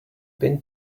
been